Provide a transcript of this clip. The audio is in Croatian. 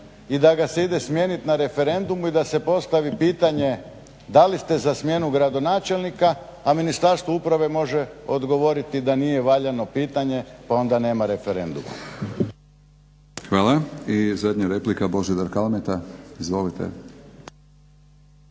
i da ga se ide smijenit na referendumu i da se postavi pitanje da li ste za smjenu gradonačelnika a Ministarstvo uprave može odgovoriti da nije valjano pitanje, pa onda nema referenduma. **Batinić, Milorad (HNS)** I zadnja replika, Božidar Kalmeta, izvolite.